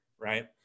right